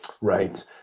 right